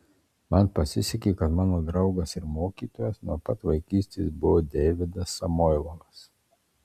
man pasisekė kad mano draugas ir mokytojas nuo pat vaikystės buvo deividas samoilovas